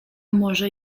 może